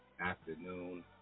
afternoon